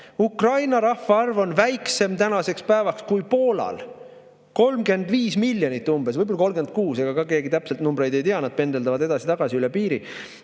Ukraina rahvaarv on tänaseks päevaks väiksem kui Poolal, 35 miljonit umbes, võib-olla 36. Ega keegi täpseid numbreid ei tea, nad pendeldavad edasi-tagasi üle piiri.